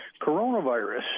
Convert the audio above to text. coronavirus